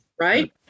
Right